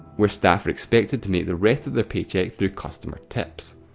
where staff are expected to make the rest of their paycheck through customer tips.